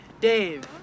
Dave